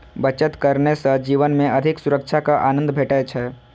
बचत करने सं जीवन मे अधिक सुरक्षाक आनंद भेटै छै